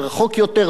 דחוף יותר.